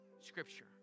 Scripture